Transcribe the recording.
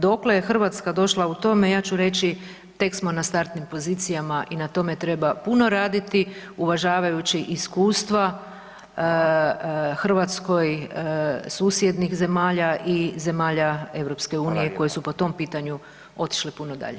Dokle je Hrvatske došla u tome, ja ću reći, tek smo na startnim pozicijama i na tome treba puno raditi uvažavajući iskustva Hrvatskoj susjednih zemalja i zemalja Europske unije koje su po tom pitanju otišle puno dalje.